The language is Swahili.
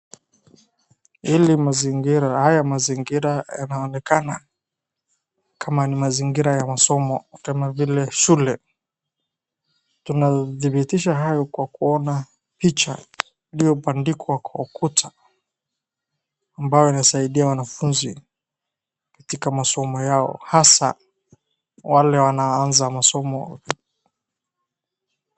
Haya mazingira yanaonekana kama ni mazingira ya masomo kama vile shule .Tunadhbitisha haya kwa kuona picha iliyobandikwa kwa ukuta ambayo inasaidia wanafunzi katika masomo yao hasa wale wanao anza masomo.